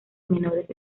menores